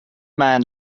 man